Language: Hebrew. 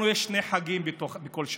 לנו יש שני חגים בכל שנה,